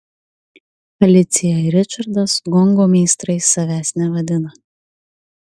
alicija ir ričardas gongo meistrais savęs nevadina